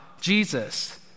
Jesus